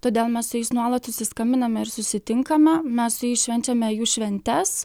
todėl mes su jais nuolat susiskambiname ir susitinkame mes švenčiame jų šventes